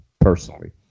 personally